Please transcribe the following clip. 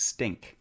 Stink